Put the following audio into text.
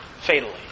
fatally